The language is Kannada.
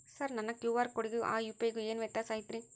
ಸರ್ ನನ್ನ ಕ್ಯೂ.ಆರ್ ಕೊಡಿಗೂ ಆ ಯು.ಪಿ.ಐ ಗೂ ಏನ್ ವ್ಯತ್ಯಾಸ ಐತ್ರಿ?